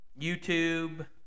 YouTube